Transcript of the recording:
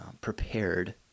prepared